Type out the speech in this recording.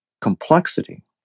complexity